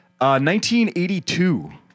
1982